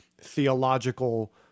theological